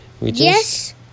Yes